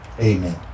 Amen